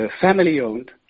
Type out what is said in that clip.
family-owned